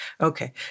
Okay